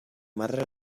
madre